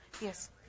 Yes